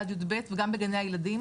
עד י"ב וגם בגני הילדים.